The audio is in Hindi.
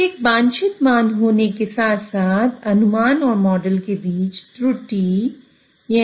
तो एक वांछित मान होने के साथ साथ अनुमान और मॉडल के बीच त्रुटि होगा